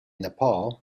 nepal